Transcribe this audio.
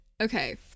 Okay